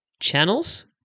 channels